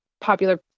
popular